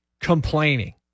complaining